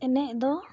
ᱮᱱᱮᱡ ᱫᱚ